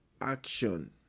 action